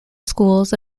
schools